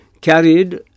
carried